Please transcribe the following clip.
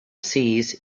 sees